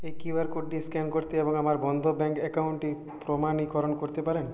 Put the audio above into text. এই কিউআর কোডটি স্ক্যান করতে এবং আমার বন্ধন ব্যাংক অ্যাকাউন্টটি প্রমাণীকরণ করতে পারেন